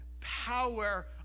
power